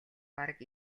бараг